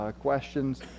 questions